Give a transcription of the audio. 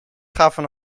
gaven